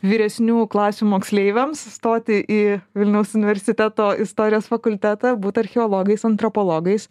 vyresniųjų klasių moksleiviams stoti į vilniaus universiteto istorijos fakultetą būt archeologais antropologais